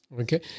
Okay